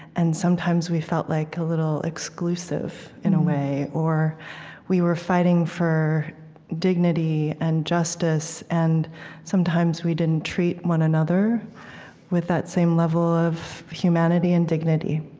and sometimes we felt like a little exclusive, in a way. or we were fighting for dignity and justice, and sometimes we didn't treat one another another with that same level of humanity and dignity